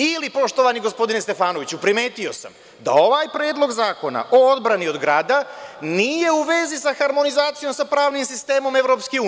Ili, poštovani gospodine Stefanoviću, primetio sam da ovaj Predlog zakona o odbrani od grada nije u vezi sa harmonizacijom sa pravnim sistemom EU.